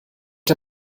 der